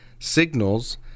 signals